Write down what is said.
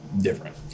different